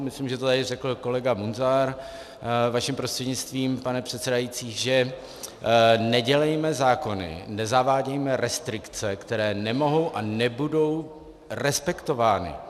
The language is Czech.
Myslím, že to tady řekl kolega Munzar, vaším prostřednictvím, pane předsedající, že nedělejme zákony, nezavádějme restrikce, které nemohou a nebudou respektovány.